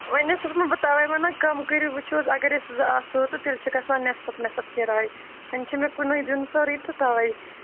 وۅنۍ حظ چھَس بہٕ تَوَے ونان کم کٔرِو وُچھِو حظ اگر أسۍ زٕ آسہٕ ہو تیٚلہِ چھُ گَژھان نٮ۪صف نٮ۪صف کِراے وۅنۍ چھِ مےٚ کُنُے دیُن سورُے تہٕ تَوَے